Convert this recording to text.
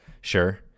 sure